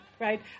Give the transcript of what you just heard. right